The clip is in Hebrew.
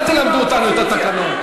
אל תלמדו אותנו את התקנון.